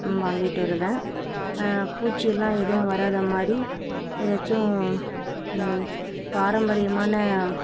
வாங்கிட்டு வருவேன் பூச்சிலாம் எதுவும் வராத மாதிரி எதாச்சும் பாரம்பரியமான